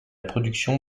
production